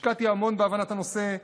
השקעתי המון בהבנת הנושא,